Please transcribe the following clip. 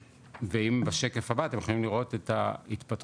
ואם בשקף הבא אתם יכולים לראות את ההתפתחות